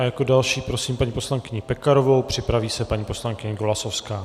Jako další prosím paní poslankyni Pekarovou, připraví se paní poslankyně Golasowská.